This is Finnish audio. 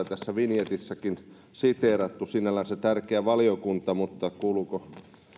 tässä vinjettiasiassakin siteerattu sinällänsä tärkeä valiokunta mutta kuuluvatko